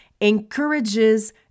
Encourages